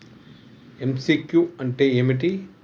MCQ అంటే ఏమిటి?